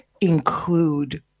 include